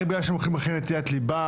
רק בגלל שהם הולכים אחרי נטיית לבם,